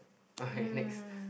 okay next